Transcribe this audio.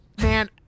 man